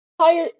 Higher